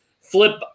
flip